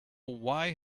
why